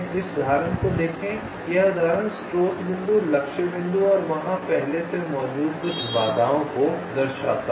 इस उदाहरण को देखें यह उदाहरण स्रोत बिंदु लक्ष्य बिंदु और वहां पहले से मौजूद कुछ बाधाओं को दर्शाता है